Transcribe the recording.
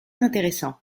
intéressant